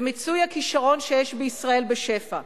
למיצוי הכשרון שיש בישראל בשפע.